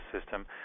system